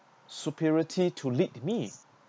superiority to lead me